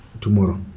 tomorrow